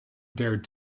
dared